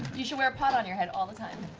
you should wear a pot on your head all the time.